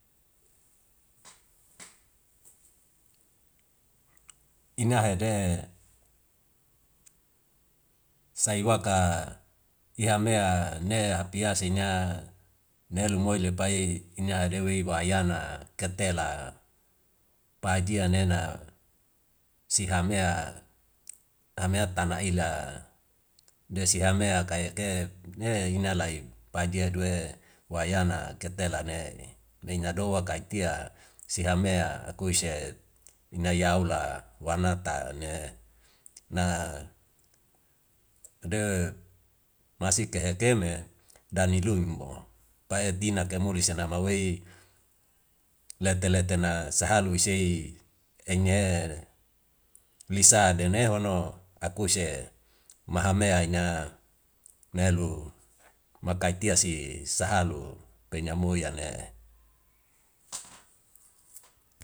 Inga hede saiwaka iha mea ne hapiasi na nelu moi lepai ine hade wi wa ayana ketela pa ajia nena si hamea amea tana ila desi hamea kayeke ina layu pajia due wa ayana ketele ne ni ina do waka itia si amea akuise ina yaula wanata ne na de masik kehe keme dani lui mo pa etina kemuli senama wei lete lete na sahalu isei eini lisadene hono akuise maha mea ina na elu makai tia si sahalu penya moi yane.